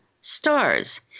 stars